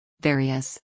Various